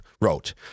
wrote